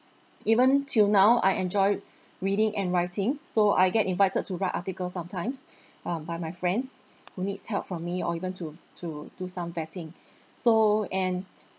even till now I enjoy reading and writing so I get invited to write articles sometimes um by my friends who needs help from me or even to to do some vetting so and